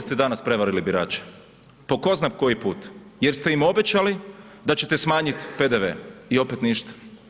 I opet ste danas prevarili birače po tko zna koji put jer ste im obećali da ćete smanjiti PDV i opet ništa.